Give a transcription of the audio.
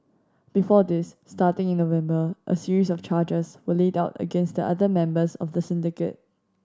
before this starting in November a series of charges were laid out against other members of the syndicate